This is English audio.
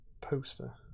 poster